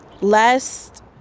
Last